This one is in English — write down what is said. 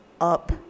up